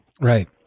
Right